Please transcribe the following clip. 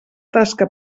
tasca